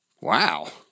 wow